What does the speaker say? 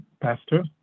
Pastor